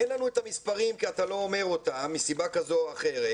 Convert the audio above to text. אין לנו את המספרים כי אתה לא אומר אותם מסיבה כזו או אחרת.